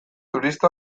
turista